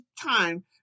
time